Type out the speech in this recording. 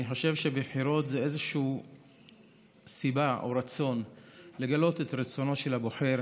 אני חושב שבחירות הן סיבה או רצון לגלות את רצונו של הבוחר,